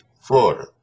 Florida